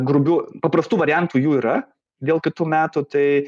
grubių paprastų variantų jų yra dėl kitų metų tai